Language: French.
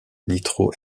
nitro